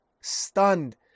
stunned